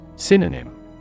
Synonym